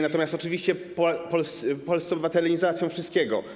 Natomiast oczywiście polscy obywatele nie załatwią wszystkiego.